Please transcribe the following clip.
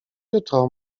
jutro